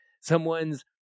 someone's